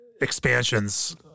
expansions